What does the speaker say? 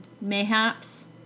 mayhaps